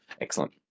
Excellent